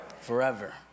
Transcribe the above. forever